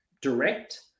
direct